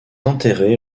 enterré